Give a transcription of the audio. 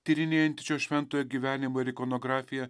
tyrinėjanti šio šventojo gyvenimą ir ikonografiją